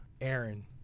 Aaron –